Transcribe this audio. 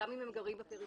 גם אם הם גרים בפריפריה,